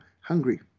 hungry